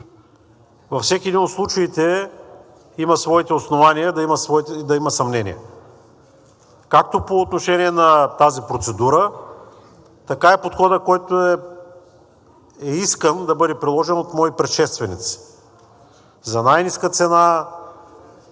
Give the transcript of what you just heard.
Всеки един от случаите има своите основания да има съмнение както по отношение на тази процедура, така и на подхода, който е искан да бъде приложен от мои предшественици – за най-ниска цена,